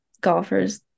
golfers